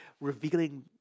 revealing